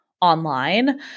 online